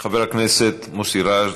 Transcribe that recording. חבר הכנסת מוסי רז,